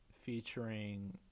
featuring